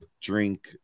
drink